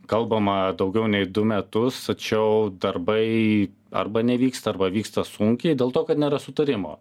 kalbama daugiau nei du metus tačiau darbai arba nevyksta arba vyksta sunkiai dėl to kad nėra sutarimo